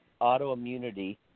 autoimmunity